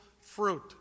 fruit